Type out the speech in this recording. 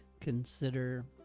consider